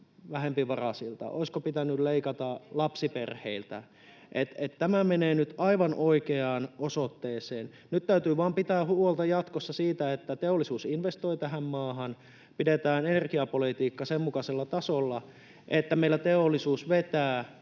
vähempivaraisilta, olisiko pitänyt leikata lapsiperheiltä? [Mari Rantanen: Ei, vaan kehitysavusta!] Tämä menee nyt aivan oikeaan osoitteeseen. Nyt täytyy vain pitää huolta jatkossa siitä, että teollisuus investoi tähän maahan, ja pitää energiapolitiikka sen mukaisella tasolla, että meillä teollisuus vetää,